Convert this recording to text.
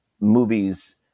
movies